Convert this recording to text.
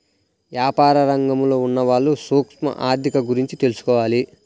యాపార రంగంలో ఉన్నవాళ్ళు సూక్ష్మ ఆర్ధిక గురించి తెలుసుకోవాలి